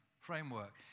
framework